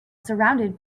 surrounded